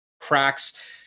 cracks